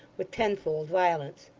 with tenfold violence.